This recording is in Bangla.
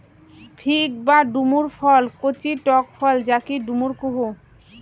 ফিগ বা ডুমুর ফল কচি টক ফল যাকি ডুমুর কুহু